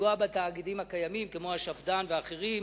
לפגוע בתאגידים הקיימים, כמו השפד"ן ואחרים.